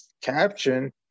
caption